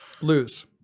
Lose